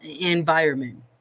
environment